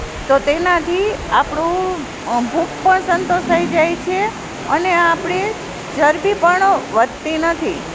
તો તેનાથી આપણું ભૂખ પણ સંતોષાઈ જાય છે અને આપણી ચરબી પણ વધતી નથી